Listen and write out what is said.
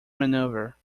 maneuver